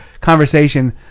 conversation